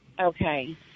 Okay